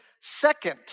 second